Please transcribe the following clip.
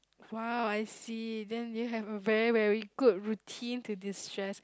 !wow! I see then you have a very very good routine to distress